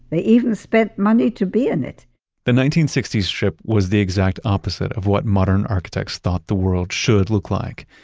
they even spent money to be in it the nineteen sixty s strip was the exact opposite of what modern architects thought the world should look like.